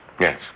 Yes